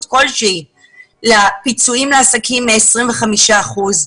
כלשהי לפיצויים לעסקים מ-25 אחוזים,